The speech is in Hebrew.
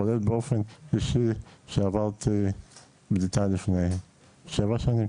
כולל באופן אישי שעברתי בדיקה לפני שבע שנים,